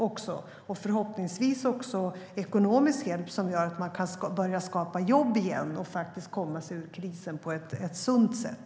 Det handlar förhoppningsvis också om ekonomisk hjälp som gör att man kan börja skapa jobb igen och komma ur krisen på ett sunt sätt.